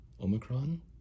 Omicron